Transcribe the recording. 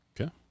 Okay